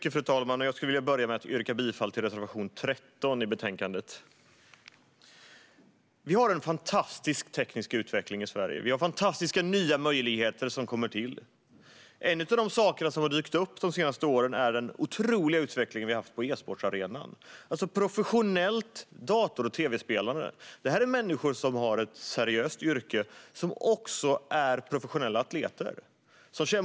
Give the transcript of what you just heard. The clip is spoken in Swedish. Fru talman! Jag yrkar bifall till reservation 13. Vi har en fantastisk teknisk utveckling som ger fantastiska nya möjligheter i Sverige. Något som har dykt upp de senaste åren är den otroliga utvecklingen på e-sportarenan. Det handlar om professionellt dator och tv-spelande. Det är människor med ett seriöst yrke som också är professionella atleter.